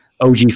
OG